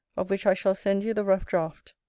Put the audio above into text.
of which i shall send you the rough draught.